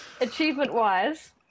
Achievement-wise